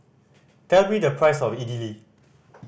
tell me the price of Idili